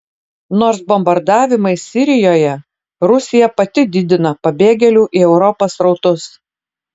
nors bombardavimais sirijoje rusija pati didina pabėgėlių į europą srautus